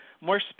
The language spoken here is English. more